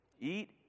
eat